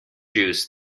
juice